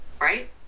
Right